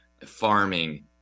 farming